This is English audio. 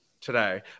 today